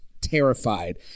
terrified